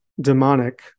demonic